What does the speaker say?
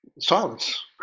Silence